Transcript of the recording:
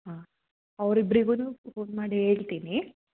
ಹಾಂ ಅವರಿಬ್ಬರಿಗೂನೂ ಫೋನ್ ಮಾಡಿ ಹೇಳ್ತೀನಿ